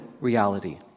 reality